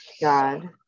God